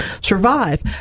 survive